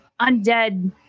undead